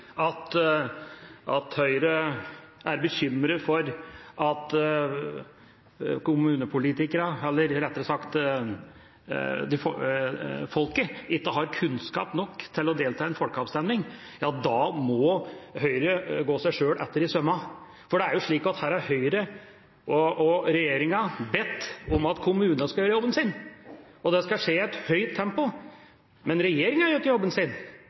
at Høyre er bekymret for at folket ikke har kunnskap nok til å delta i en folkeavstemning, da må Høyre gå seg selv etter i sømmene, for Høyre og regjeringa har jo bedt om at kommunene skal gjøre jobben sin, og det skal skje i et høyt tempo, men regjeringa gjør jo ikke jobben sin.